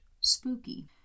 spooky